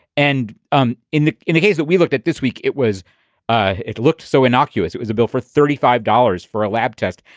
and um in the in the case that we looked at this week, it was ah it looked so innocuous. it was a bill for thirty five dollars for a lab test.